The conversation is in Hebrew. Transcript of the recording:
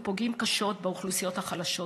ופוגעים קשות באוכלוסיות החלשות,